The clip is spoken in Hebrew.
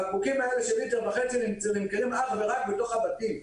הבקבוקים של ליטר וחצי נמכרים אך ורק בתוך הבתים.